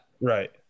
Right